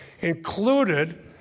included